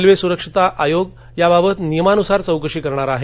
railway सुरक्षितता आयोग याबाबत नियमानुसार चौकशी करणार आहे